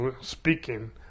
speaking